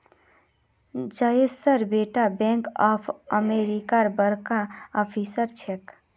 जयेशेर बेटा bank of अमेरिकात बड़का ऑफिसर छेक